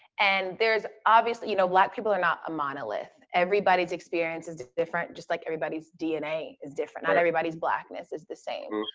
and there's obviously you know, black people are not a monolith. everybody's experience is is different, just like everybody's dna is different. right. not everybody's blackness is the same.